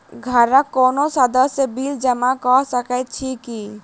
घरक कोनो सदस्यक बिल जमा कऽ सकैत छी की?